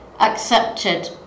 accepted